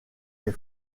les